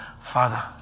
Father